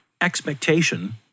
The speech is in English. expectation